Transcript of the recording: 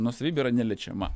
nuosavybė yra neliečiama